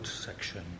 section